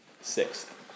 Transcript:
sixth